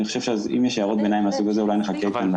אם יש הערות ביניים מן הסוג הזה אולי נחכה איתן.